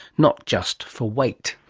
not just for weight?